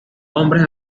hombres